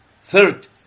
Third